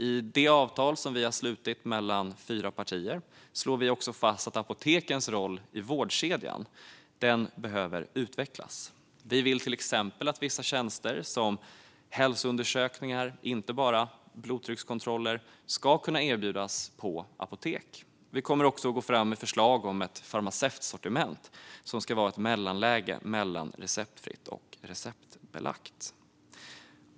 I det avtal som vi har slutit mellan fyra partier slår vi också fast att apotekens roll i vårdkedjan behöver utvecklas. Vi vill till exempel att vissa tjänster som hälsoundersökningar, inte bara blodtryckskontroller, ska kunna erbjudas på apotek. Vi kommer också att gå fram med förslag om ett farmaceutsortiment som ska vara ett mellanläge mellan receptfritt och receptbelagt.